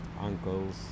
uncles